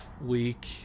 Week